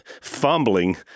fumbling